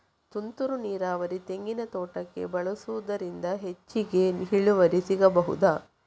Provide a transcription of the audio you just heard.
ತುಂತುರು ನೀರಾವರಿ ತೆಂಗಿನ ತೋಟಕ್ಕೆ ಬಳಸುವುದರಿಂದ ಹೆಚ್ಚಿಗೆ ಇಳುವರಿ ಸಿಕ್ಕಬಹುದ?